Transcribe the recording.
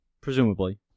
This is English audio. Presumably